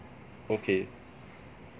okay